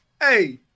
Hey